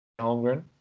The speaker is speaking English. Holmgren